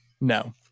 no